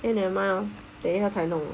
eh nevermind lor 等下才弄